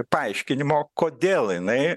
paaiškinimo kodėl jinai